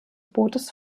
bootes